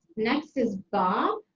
next is bob